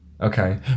Okay